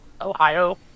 ohio